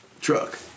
truck